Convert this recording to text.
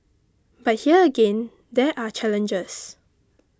but here again there are challenges